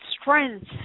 strength